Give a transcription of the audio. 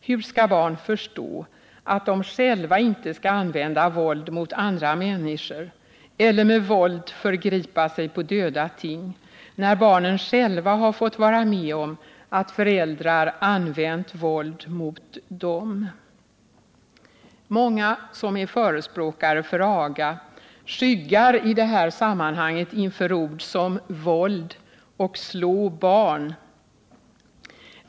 Hur skall barn förstå att de själva inte skall använda våld mot andra människor eller med våld förgripa sig på döda ting när barnen själva har fått vara med om att föräldrar använt våld mot dem? Många som är förespråkare för aga skyggar i det här sammanhanget inför ord som ”våld” och ”slå barn”.